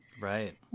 Right